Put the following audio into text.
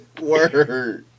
Word